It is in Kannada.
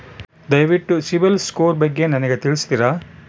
ದಯವಿಟ್ಟು ಸಿಬಿಲ್ ಸ್ಕೋರ್ ಬಗ್ಗೆ ನನಗೆ ತಿಳಿಸ್ತೀರಾ?